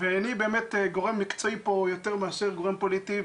ואני כאן יותר גורם מקצועי מאשר גורם פוליטי.